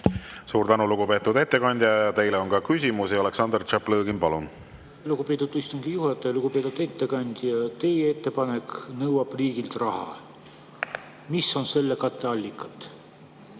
Suur tänu, lugupeetud ettekandja! Teile on ka küsimusi. Aleksandr Tšaplõgin, palun! Aitäh, lugupeetud istungi juhataja! Lugupeetud ettekandja! Teie ettepanek nõuab riigilt raha. Mis on selle katteallikad?